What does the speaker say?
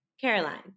Caroline